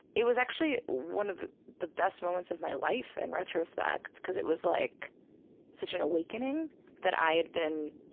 it was actually one of the best moments of my life, in retrospect, because it was like such an awakening that i had been